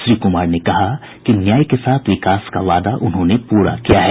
श्री कुमार ने कहा कि न्याय के साथ विकास का वादा उन्होंने पूरा किया है